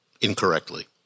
incorrectly